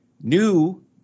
new